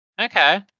Okay